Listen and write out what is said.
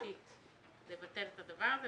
ממשלתית לבטל את הדבר.